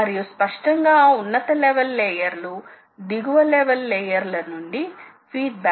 అయితే ఉదాహరణకు ఇది వర్క్ పీస్ యొక్క వ్యాసాన్ని తగ్గించడానికి ఉపయోగ పడుతుంది